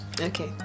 Okay